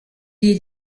est